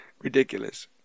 Ridiculous